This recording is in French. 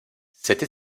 cette